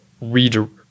redirect